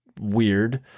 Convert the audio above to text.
weird